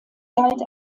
galt